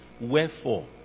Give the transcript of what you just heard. Wherefore